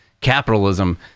capitalism